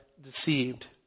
deceived